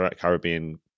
Caribbean